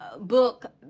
book